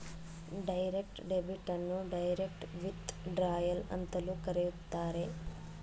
direct debit ಅನ್ನು direct withdrawal ಅಂತಲೂ ಕರೆಯುತ್ತಾರೆ